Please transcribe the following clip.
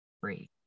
free